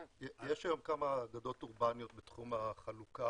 יש היום כמה אגדות אורבניות בתחום החלוקה